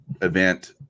event